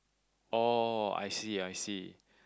oh I see I see